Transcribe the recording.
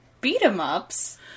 Beat-em-ups